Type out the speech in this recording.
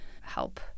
help